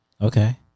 Okay